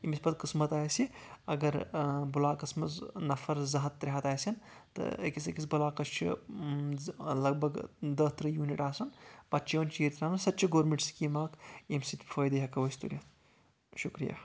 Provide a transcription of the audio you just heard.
ییٚمِس پَتہٕ قٕسمَت آسہِ اَگر بُلاکَس منٛز نَفر زٕ ہَتھ ترٛے ہَتھ آسَن تہٕ أکِس أکِس بُلاکَس چُھ لگ بگ دٔہ ترٕٛہ یوٗنِٹ آسان پَتہٕ چھِ یِوان چیٖرِ تراونہ سۄ تہِ چھےٚ گوٚرمینٛٹ سکیٖم اکھ ییٚمہِ سۭتۍ فٲیِدٕ ہٮ۪کو أسۍ تُلِتھ شُکرِیا